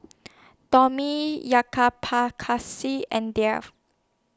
Tomi Jayaprakash and Dev